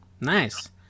nice